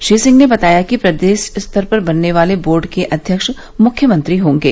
श्री सिंह ने बताया कि प्रदेश स्तर पर बनने वाले बोर्ड के अध्यक्ष मुख्यमंत्री होंगे